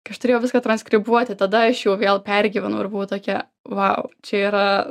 kai aš turėjau viską transkribuoti tada aš jau vėl pergyvenau ir buvo tokia vau čia yra